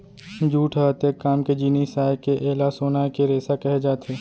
jute ह अतेक काम के जिनिस आय के एला सोना के रेसा कहे जाथे